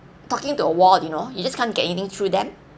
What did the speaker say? talking to a wall you know you just can't get anything through them